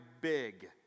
big